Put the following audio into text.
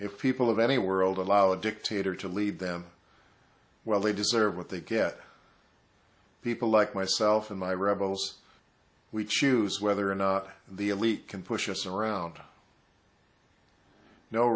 if people of any world allow dictator to lead them well they deserve what they get people like myself and my rebels we choose whether or not the elite can push us around no